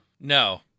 No